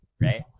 right